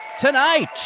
Tonight